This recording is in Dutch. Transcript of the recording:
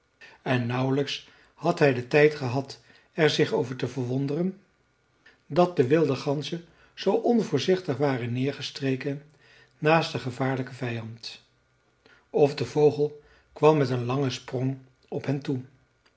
en nauwlijks had hij den tijd gehad er zich over te verwonderen dat de wilde ganzen zoo onvoorzichtig waren neergestreken naast een gevaarlijken vijand of de vogel kwam met een langen sprong op hen toe